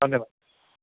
धन्यवाद